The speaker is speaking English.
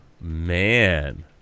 Man